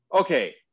okay